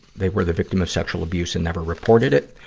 they were the victim of sexual abused and never reported it.